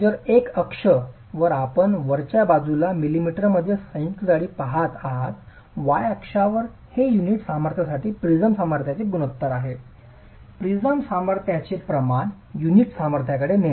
तर एक्स अक्ष वर आपण वरच्या बाजूला मिलिमीटरमध्ये संयुक्त जाडी पहात आहात y अक्षावर हे युनिट सामर्थ्यासाठी प्रिझम सामर्थ्याचे गुणोत्तर आहे प्रिझम सामर्थ्याचे प्रमाण युनिट सामर्थ्याकडे नेणे